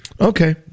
okay